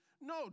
No